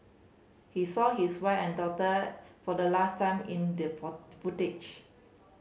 he saw his wife and daughter for the last time in the for footage